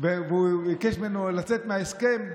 והוא ביקש ממנו לצאת מההסכם,